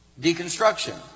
deconstruction